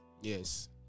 Yes